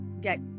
get